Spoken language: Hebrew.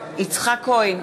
יצחק כהן,